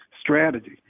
strategy